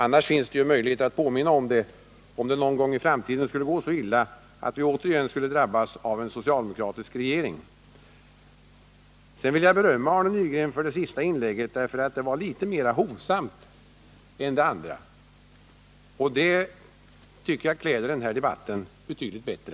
Annars finns det möjligheter att påminna om det, om det någon gång i framtiden skulle gå så illa att vi återigen skulle drabbas av en socialdemokratisk regering. Sedan vill jag berömma Arne Nygren för det senaste inlägget, för det var litet mera hovsamt än det förra. Det tycker jag klär den här debatten betydligt bättre.